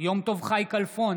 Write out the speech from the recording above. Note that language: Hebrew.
יום טוב חי כלפון,